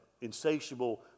insatiable